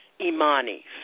Imani